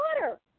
water